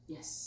Yes